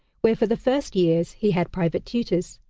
where for the first years he had private tutors.